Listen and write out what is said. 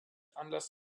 anlass